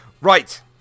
Right